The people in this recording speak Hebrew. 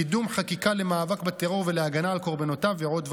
קידום חקיקה למאבק בטרור ולהגנה על קורבנותיו ועוד ועוד,